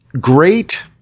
great